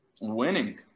Winning